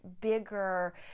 bigger